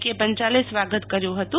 કે પંચાલે સ્વાગત કર્યું હતું